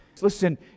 Listen